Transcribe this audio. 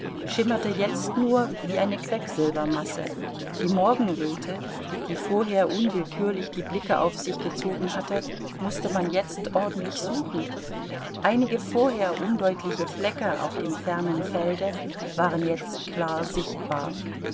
schimmerte jetzt nur wie eine quecksilbermasse die morgenröte die vorher unwillkürlich die blicke auf sich gezogen hatte mußte man jetzt ordentlich suchen einige vorher undeutliche flecke auf dem fernen felde waren jetzt klar sichtbar